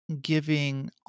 giving